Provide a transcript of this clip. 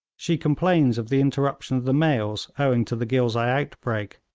she complains of the interruption of the mails owing to the ghilzai outbreak,